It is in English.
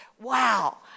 Wow